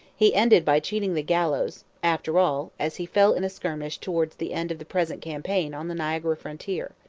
he ended by cheating the gallows, after all, as he fell in a skirmish towards the end of the present campaign on the niagara frontier.